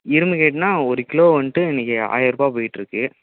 இரும்பு கேட்னா ஒரு கிலோ வந்துட்டு இன்னைக்கு ஆயரூபா போயிட்டுருக்கு